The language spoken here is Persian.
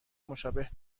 مشابه